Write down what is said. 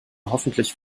hoffentlich